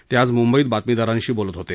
ते आज मुंबईत बातमीदारांशी बोलत होते